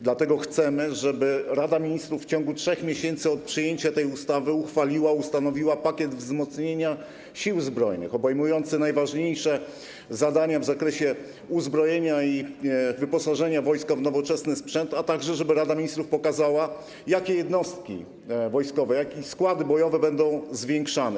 Dlatego chcemy, żeby Rada Ministrów w ciągu 3 miesięcy od przyjęcia tej ustawy uchwaliła, ustanowiła pakiet wzmocnienia Sił Zbrojnych obejmujący najważniejsze zadania w zakresie uzbrojenia i wyposażenia wojska w nowoczesny sprzęt, a także żeby Rada Ministrów pokazała, jakie jednostki wojskowe, jakie składy bojowe będą zwiększane.